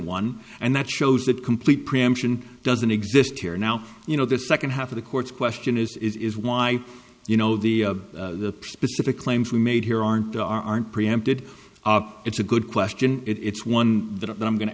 one and that shows that complete preemption doesn't exist here now you know the second half of the court's question is why you know the specific claims we made here aren't aren't preempted it's a good question it's one that i'm going to